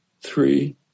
three